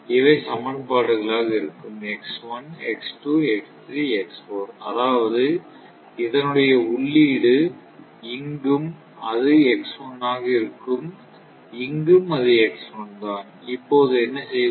இவை சமன்பாடுகளாக இருக்கும் அதாவது இதனுடைய உள்ளீடு இங்கும் அது ஆக இருக்கும் இங்கும் அது தான் இப்போது என்ன செய்வது